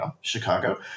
Chicago